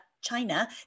China